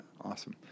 awesome